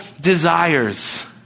desires